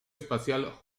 espacial